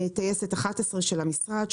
טייסת 11 של המשרד,